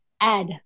add